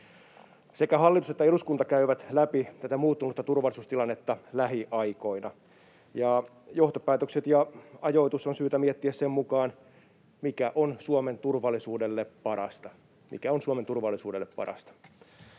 Sekä hallitus että eduskunta käyvät läpi tätä muuttunutta turvallisuustilannetta lähiaikoina, ja johtopäätökset ja ajoitus on syytä miettiä sen mukaan, mikä on Suomen turvallisuudelle parasta